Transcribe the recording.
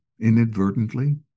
inadvertently